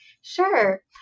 Sure